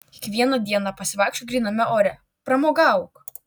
kiekvieną dieną pasivaikščiok gryname ore pramogauk